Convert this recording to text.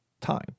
time